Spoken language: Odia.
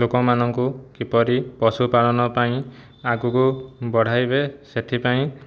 ଲୋକମାନଙ୍କୁ କିପରି ପଶୁପାଳନ ପାଇଁ ଆଗକୁ ବଢ଼ାଇବେ ସେଥିପାଇଁ